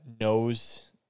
knows